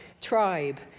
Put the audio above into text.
tribe